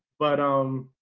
but um,